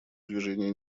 движения